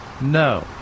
No